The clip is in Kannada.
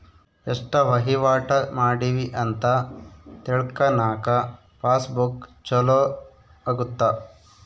ಎಸ್ಟ ವಹಿವಾಟ ಮಾಡಿವಿ ಅಂತ ತಿಳ್ಕನಾಕ ಪಾಸ್ ಬುಕ್ ಚೊಲೊ ಅಗುತ್ತ